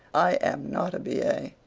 i am not a b a.